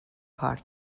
کار